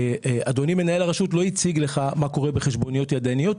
אדוני מנהל הרשות לא הציג לך מה קורה בחשבוניות ידניות.